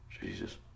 Jesus